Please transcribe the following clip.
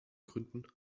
gründen